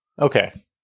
okay